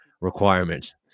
requirements